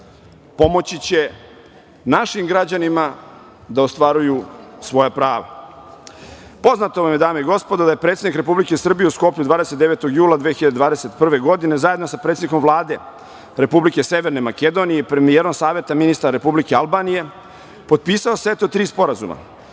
pomoći će našim građanima da ostvaruju svoja prava. Poznato vam je, dame i gospodo, da je predsednik Republike Srbije u Skoplju 29. jula 2021. godine zajedno sa predsednikom Vlade Republike Severne Makedonije i premijerom Savete ministara Republike Albanije, premijerom Saveta ministara